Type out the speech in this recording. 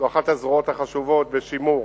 זו אחת הזרועות החשובות בשימור